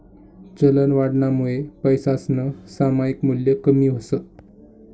चलनवाढनामुये पैसासनं सामायिक मूल्य कमी व्हस